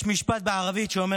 יש משפט בערבית שאומר